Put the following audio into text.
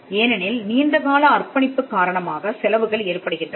ஏனெனில் நீண்ட கால அர்ப்பணிப்பு காரணமாக செலவுகள் ஏற்படுகின்றன